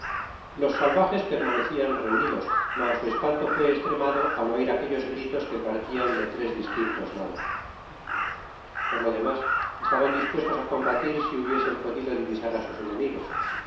los salvajes permanecian reunidos mas su espanto fué estremado al oir aquellos gritos que partian de tres distintos lados por lo demas estaban dispuestos á combatir si hubiesen podido divisar á sus enemigos